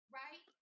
right